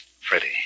Freddie